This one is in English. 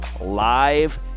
live